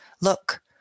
Look